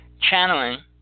channeling